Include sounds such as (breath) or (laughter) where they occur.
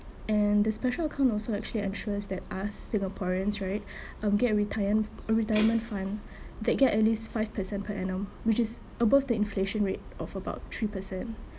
and the special account also actually ensures that us singaporeans right (breath) um get retire~ uh retirement fund (breath) that get at least five percent per annum which is above the inflation rate of about three per cent